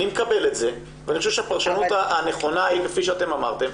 אני מקבל את זה ואני חושב שהפרשנות הנכונה היא כפי שאתם אמרתם,